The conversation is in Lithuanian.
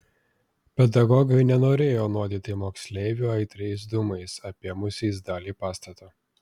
pedagogai nenorėjo nuodyti moksleivių aitriais dūmais apėmusiais dalį pastato